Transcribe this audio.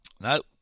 No